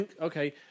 Okay